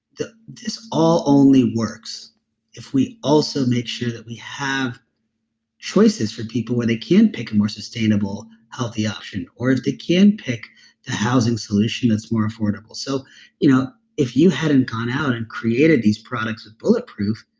this all only works if we also make sure that we have choices for people where they can pick a more sustainable healthy option, or if they can pick the housing solution that's more affordable. so you know if you hadn't gone out and created these products with bulletproof,